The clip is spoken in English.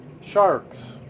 sharks